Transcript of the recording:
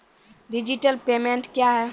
Digital payment क्या हैं?